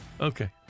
Okay